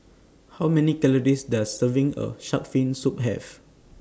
How Many Calories Does Serving of Shark's Fin Soup Have